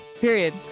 Period